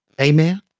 Amen